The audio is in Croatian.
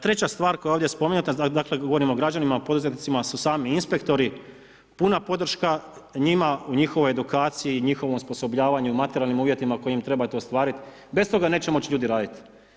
Treća stvar koja je ovdje spomenuta, dakle govorim o građanima poduzetnicima su sami inspektori, puna podrška njima u njihovoj edukciji i njihovom osposobljavanju i materijalnim uvjetima koji im trebate ostvariti, bez toga neće moći ljudi raditi.